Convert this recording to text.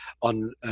on